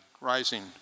rising